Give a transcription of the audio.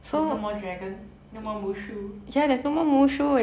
there's no more dragon no more mushu